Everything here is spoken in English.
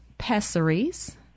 pessaries